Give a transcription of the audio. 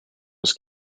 was